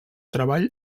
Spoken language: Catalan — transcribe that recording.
treball